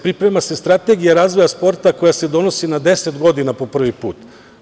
Priprema se strategija razvoja sporta koja se donosi na deset godina prvi put.